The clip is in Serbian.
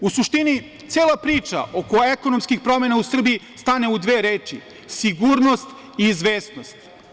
U suštini, cela priča oko ekonomskih promena u Srbiji stane u dve reči - sigurnost i izvesnost.